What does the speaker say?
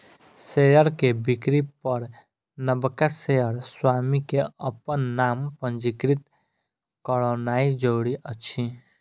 share के बिक्री पर नबका शेयर स्वामी के अपन नाम पंजीकृत करौनाइ जरूरी अछि